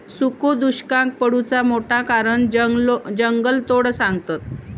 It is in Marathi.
सुखो दुष्काक पडुचा मोठा कारण जंगलतोड सांगतत